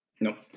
Nope